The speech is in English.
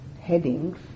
headings